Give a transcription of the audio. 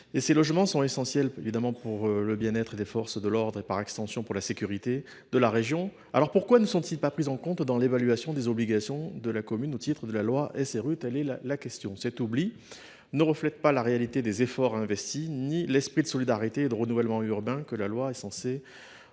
Ces logements sont essentiels pour le bien être des forces de l’ordre et, par extension, pour la sécurité de la région. Alors pourquoi ne sont ils pas pris en compte dans l’évaluation des obligations de la commune au titre de la loi SRU ? Cet oubli ne reflète pas la réalité des efforts consentis ni l’esprit de solidarité et de renouvellement urbains que la loi est censée promouvoir.